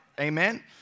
amen